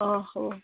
অঁ হ'ব